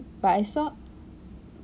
but I saw